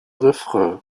refrain